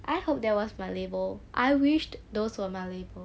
I hope that was my label I wished those who are my labels